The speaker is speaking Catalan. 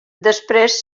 després